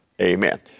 Amen